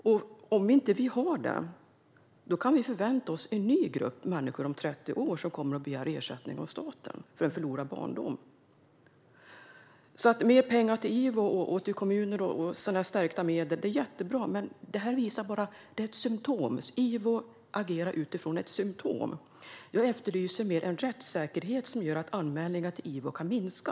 Om vi inte har det kan vi förvänta oss en ny grupp människor om 30 år som kommer att begära ersättning av staten för en förlorad barndom. Mer pengar till IVO och kommuner och stärkta medel är jättebra. Men IVO agerar utifrån ett symtom. Jag efterlyser mer en rättssäkerhet som gör att anmälningar till IVO kan minska.